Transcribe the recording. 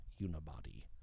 unibody